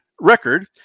record